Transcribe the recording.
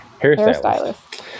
hairstylist